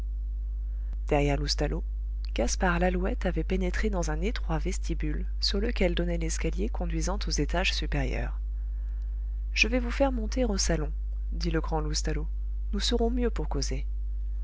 derrière loustalot gaspard lalouette avait pénétré dans un étroit vestibule sur lequel donnait l'escalier conduisant aux étages supérieurs je vais vous faire monter au salon dit le grand loustalot nous serons mieux pour causer